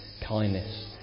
kindness